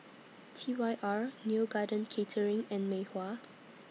T Y R Neo Garden Catering and Mei Hua